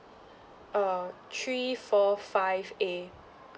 uh three four five a